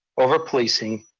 over-policing,